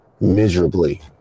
miserably